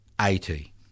eighty